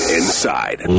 inside